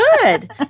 good